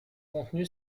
contenu